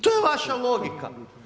To je vaša logika.